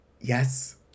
Yes